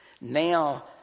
Now